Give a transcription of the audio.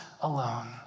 alone